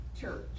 church